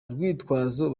rwitwazo